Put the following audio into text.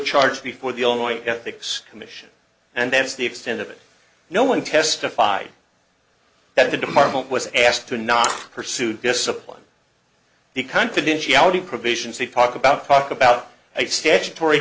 charge before the illinois ethics commission and that's the extent of it no one testified that the department was asked to not pursue discipline the confidentiality provisions they talk about talk about a statutory